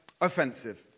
offensive